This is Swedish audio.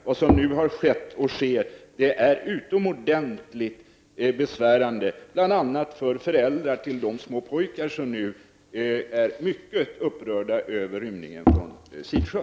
Det som nu har skett och sker är utomordentligt oroväckande och bl.a. är föräldrar till småpojkar mycket upprörda över rymningen från Sidsjön.